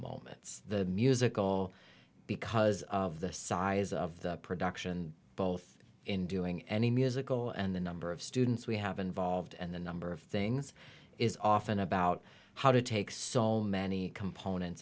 moments the musical because of the size of the production both in doing any musical and the number of students we have involved and the number of things is often about how to take so many components